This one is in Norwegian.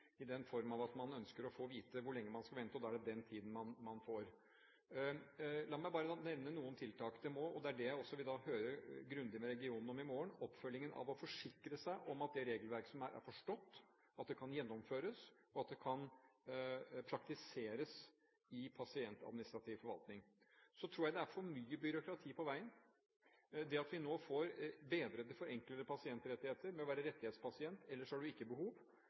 i den form at man ønsker å få vite hvor lenge man skal vente, og da er det den tiden man får. Det er også det jeg vil høre grundig med regionene om i morgen, oppfølgingen av å forsikre seg om at det regelverket som man har, er forstått, at det kan gjennomføres, og at det kan praktiseres i pasientadministrativ forvaltning. Så tror jeg det er for mye byråkrati på veien. Det at vi nå får bedrede, forenklede pasientrettigheter med å være rettighetspasient – eller så har du ikke behov